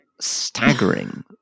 staggering